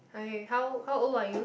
Hi how how old are you